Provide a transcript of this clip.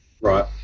Right